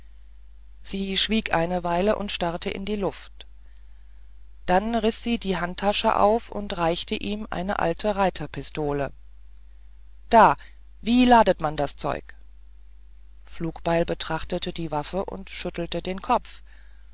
sie schwieg eine weile und starrte in die luft dann riß sie die handtasche auf und reichte ihm eine uralte reiterpistole da wie ladet man das zeug flugbeil betrachtete die waffe und schüttelte den kopf